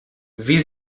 wie